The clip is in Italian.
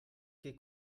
che